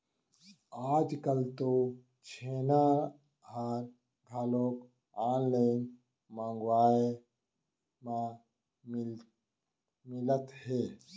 आजकाल तो छेना ह घलोक ऑनलाइन मंगवाए म मिलत हे